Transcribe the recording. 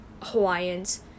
hawaiians